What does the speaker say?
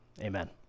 amen